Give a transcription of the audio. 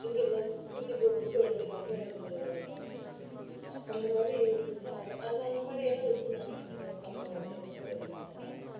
எங்கிருந்தாவது குட்டி போட்டிருக்கும் எடுத்துகிட்டு வந்து அதை வளர்ப்போம் அந்த மாதிரி இது வந்து அந்த அது அந்த மாதிரியெல்லாம் வச்சு நாங்கள் எந்த சம்பாத்தியமும் ஏதும் பண்ணலை